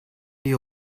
die